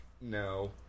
No